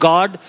God